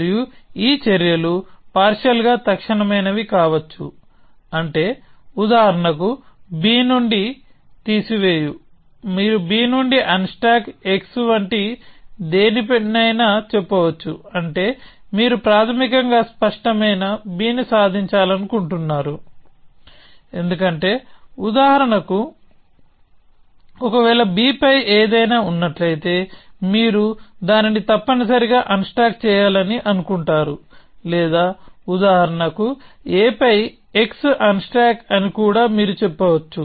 మరియు ఈ చర్యలు పార్షియల్ గా తక్షణమైనవి కావచ్చు అంటే ఉదాహరణకు B నుండి తీసివేయు మీరు B నుండి అన్స్టాక్ X వంటి దేనినైనా చెప్పవచ్చు అంటే మీరు ప్రాథమికంగా స్పష్టమైన Bని సాధించాలనుకుంటున్నారు ఎందుకంటే ఉదాహరణకు ఒకవేళ B పై ఏదైనా ఉన్నట్లయితే మీరు దానిని తప్పనిసరిగా అన్స్టాక్ చేయాలని అనుకుంటారు లేదా ఉదాహరణకు A పై X అన్స్టాక్ అని కూడా మీరు చెప్పవచ్చు